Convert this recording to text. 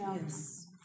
yes